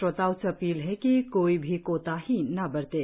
श्रोताओं से अपील है कि कोई भी कोताही न बरतें